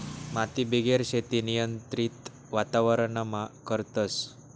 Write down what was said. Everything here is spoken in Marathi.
मातीबिगेर शेती नियंत्रित वातावरणमा करतस